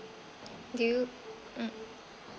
do you hmm